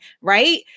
right